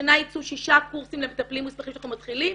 השנה ייצאו ששה קורסים למטפלים מוסמכים שאנחנו מתחילים.